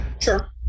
Sure